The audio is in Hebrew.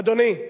אדוני,